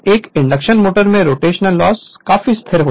तो एक induction motor में रोटेशनल लॉस काफी स्थिर है